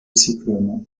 cyclones